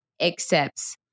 accepts